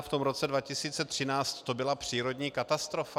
V tom roce 2013 to byla přírodní katastrofa.